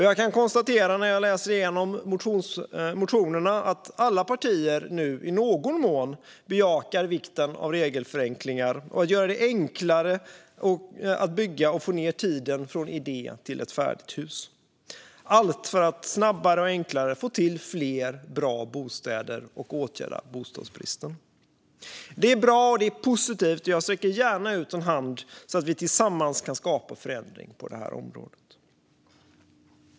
Jag kan konstatera när jag läser igenom motionerna att alla partier i någon mån nu bejakar vikten av regelförenklingar och att göra det enklare att bygga och få ned tiden från idé till färdigt hus, allt för att snabbare och enklare få till fler bra bostäder och åtgärda bostadsbristen. Det är bra och positivt, och jag sträcker gärna ut en hand så att vi tillsammans kan skapa förändring på det här området.